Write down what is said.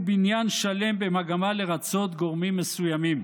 בניין שלם במגמה לרצות גורמים מסוימים.